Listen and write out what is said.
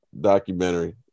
documentary